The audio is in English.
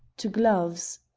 to gloves.